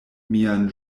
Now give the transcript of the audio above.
mian